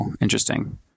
interesting